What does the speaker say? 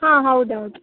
ಹಾಂ ಹೌದು ಹೌದು